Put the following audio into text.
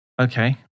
Okay